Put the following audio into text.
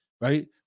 right